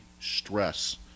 stress